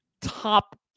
top